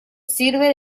sirve